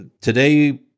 today